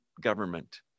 government